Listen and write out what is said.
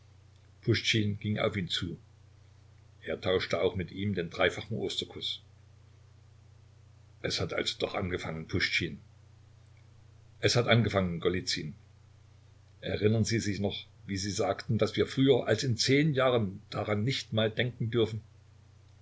ging auf ihn zu er tauschte auch mit ihm den dreifachen osterkuß es hat also doch angefangen puschtschin es hat angefangen golizyn erinnern sie sich noch wie sie sagten daß wir früher als in zehn jahren daran nicht mal denken dürfen